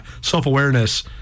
self-awareness